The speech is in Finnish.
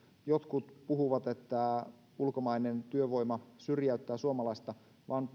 jotkut puhuvat että ulkomainen työvoima syrjäyttää suomalaista vaan